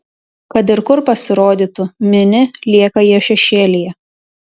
kad ir kur pasirodytų mini lieka jo šešėlyje